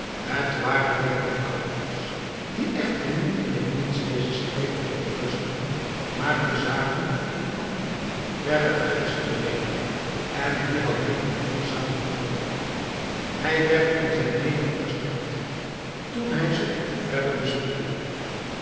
het waren werkelijk roovers die echter niet in t minst deze streek verontrustten maar hun zaken in andere verre gewesten dreven en hier alleen hun verzameloord hadden hij werd in zijn meening versterkt toen hij ze verder